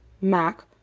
Mac